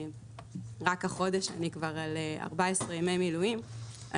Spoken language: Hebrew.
רק החודש אני על 14 ימי מילואים.